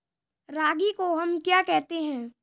रागी को हम क्या कहते हैं?